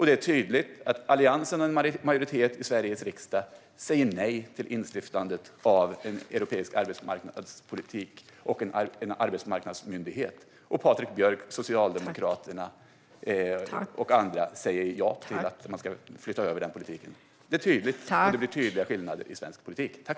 Det är tydligt att Alliansen och en majoritet i Sveriges riksdag säger nej till instiftandet av en europeisk arbetsmarknadspolitik och en arbetsmarknadsmyndighet. Patrik Björck, Socialdemokraterna, och andra säger ja till att flytta över den politiken. Det är tydliga skillnader i svensk politik.